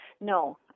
no